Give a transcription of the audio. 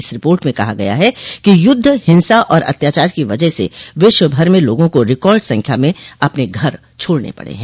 इस रिपोर्ट में कहा गया है कि युद्ध हिंसा और अत्याचार की वजह से विश्व भर में लोगों को रिकार्ड संख्या में अपने घर छोड़ने पड़े हैं